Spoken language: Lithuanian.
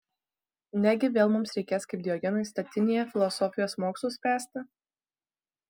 negi vėl mums reikės kaip diogenui statinėje filosofijos mokslus spręsti